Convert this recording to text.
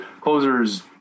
closers